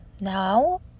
Now